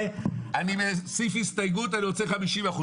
בסעיף הסתייגות אני רוצה 50%,